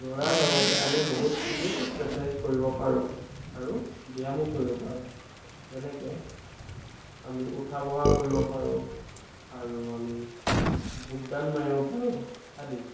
দৌৰাৰ লগতে আমি বহুতখিনি এক্সাৰ্চাইজ কৰিব পাৰোঁ আৰু ব্যায়ামো কৰিব পাৰোঁ যেনেকৈ আমি উঠা বহা কৰিব পাৰোঁ আৰু আমি বুক ডাউন মাৰিব পাৰোঁ আদি